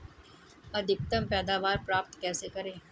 अधिकतम पैदावार प्राप्त कैसे करें?